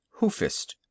Hoofist